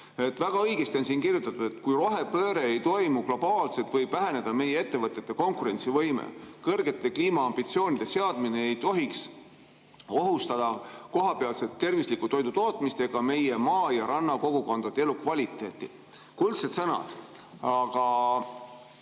Väga õigesti on siin kirjutatud, et kui rohepööre ei toimu globaalselt, võib väheneda meie ettevõtete konkurentsivõime, ning kõrgete kliimaambitsioonide seadmine ei tohiks ohustada kohapealset tervisliku toidu tootmist ega meie maa‑ ja rannakogukondade elukvaliteeti. Kuldsed sõnad. Aga